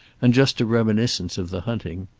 and just a reminiscence of the hunting.